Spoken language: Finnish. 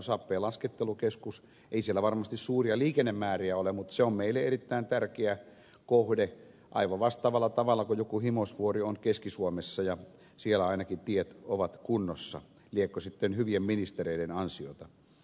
ei siellä varmasti suuria liikennemääriä ole mutta se on meille erittäin tärkeä kohde aivan vastaavalla tavalla kuin joku himosvuori on keski suomessa ja siellä ainakin tiet ovat kunnossa liekö sitten hyvien ministereiden ansiota